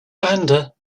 banda